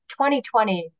2020